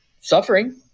suffering